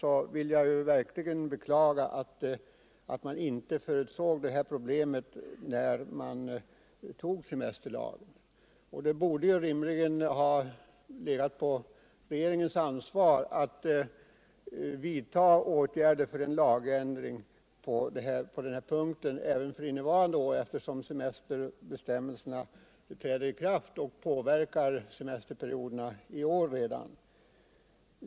Jag vill verkligen beklaga att man inte förutsåg de problem som sammanhänger med augustiredovisningen, när man fattade beslutet om semesterlagen. Regeringen borde rimligen ha haft ansvaret för att åtgärder vidtogs för att åstadkomma en lagändring på denna punkt gällande även för innevarande år, eftersom semesterbestämmelserna redan i år träder i kraft och således påverkar semesterperioderna.